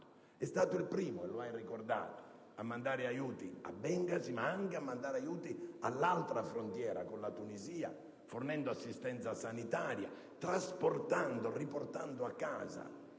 è stato il primo, come ha ricordato il Ministro, a mandare aiuti a Bengasi, ma anche a mandare aiuti alla frontiera con la Tunisia, fornendo assistenza sanitaria, trasportando e riportando a casa